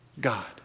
God